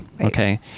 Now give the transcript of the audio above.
Okay